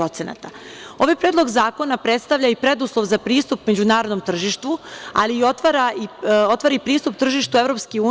Ovaj predlog zakona predstavlja i preduslov za pristup međunarodnom tržištu, ali otvara i pristup tržištu EU.